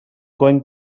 going